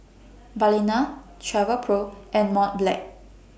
Balina Travelpro and Mont Blanc